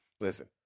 Listen